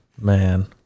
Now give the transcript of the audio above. Man